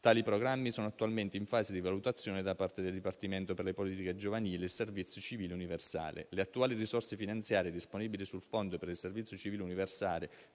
tali programmi sono attualmente in fase di valutazione da parte del Dipartimento per le politiche giovanili e il servizio civile universale. Le attuali risorse finanziare disponibili sul Fondo per il servizio civile universale,